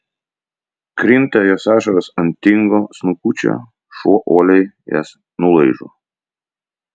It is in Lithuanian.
krinta jos ašaros ant tingo snukučio šuo uoliai jas nulaižo